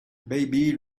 baby